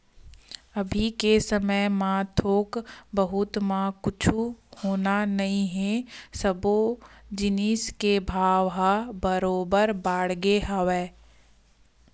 अभी के समे म थोक बहुत म कुछु होना नइ हे सबे जिनिस के भाव ह बरोबर बाड़गे हवय